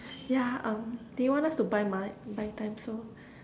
yeah um they want us to buy buy time so